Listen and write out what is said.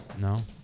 No